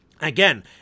Again